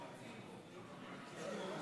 גברתי